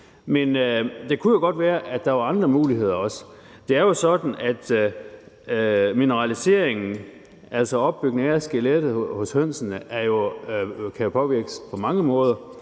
Men det kunne jo godt være, at der var andre muligheder. Det er jo sådan, at mineraliseringen, altså opbygningen af skelettet hos hønsene, kan påvirkes på mange måder.